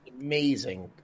amazing